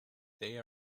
they